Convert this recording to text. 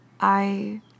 I